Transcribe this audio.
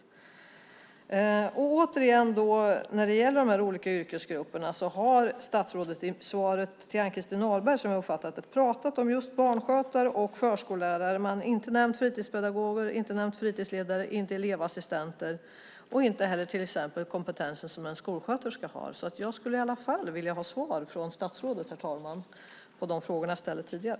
När det återigen gäller de olika yrkesgrupperna har statsrådet i svaret till Ann-Christin Ahlberg, som jag uppfattat det, tagit upp just barnskötare och förskollärare, men han har inte nämnt fritidspedagoger, fritidsledare, elevassistenter och inte heller till exempel den kompetens som en skolsköterska har. Jag skulle i alla fall vilja ha svar från statsrådet, herr talman, på de frågor som jag ställde tidigare.